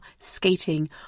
skating